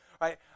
right